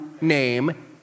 name